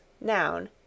Noun